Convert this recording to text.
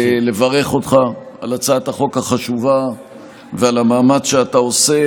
אני מבקש לברך אותך על הצעת החוק החשובה ועל המאמץ שאתה עושה